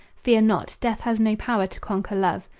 fear not death has no power to conquer love.